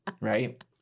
Right